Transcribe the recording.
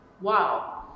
wow